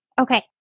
Okay